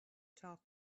talk